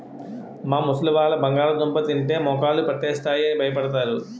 మా ముసలివాళ్ళు బంగాళదుంప తింటే మోకాళ్ళు పట్టేస్తాయి అని భయపడతారు